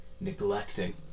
neglecting